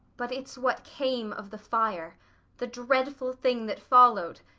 but it's what came of the fire the dreadful thing that followed!